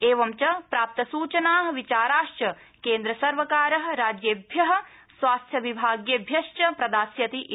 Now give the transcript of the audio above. एवं च प्राप्त सूचना विचाराश्च केन्द्रसर्वकार राज्येभ्य स्वास्थ्यविभागेभ्यश्च प्रदास्यति इति